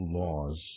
laws